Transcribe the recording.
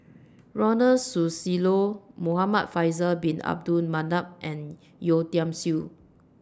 Ronald Susilo Muhamad Faisal Bin Abdul Manap and Yeo Tiam Siew